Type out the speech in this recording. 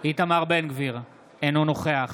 אינו נוכח